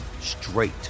straight